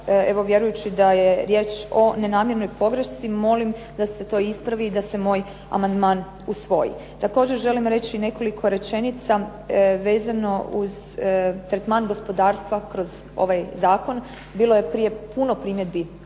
evo vjerujući da je riječ o nenamjernoj pogrešci, molim da se to ispravi i da se moj amandman usvoji. Također želim reći nekoliko rečenica vezano uz tretman gospodarstva, kroz ovaj zakon. Bilo je prije puno primjedbi HUP-a.